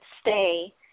stay